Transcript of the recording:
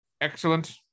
excellent